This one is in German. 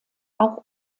auch